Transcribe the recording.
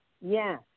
yes